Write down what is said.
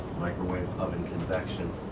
microwave oven convection.